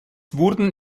wurden